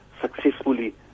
successfully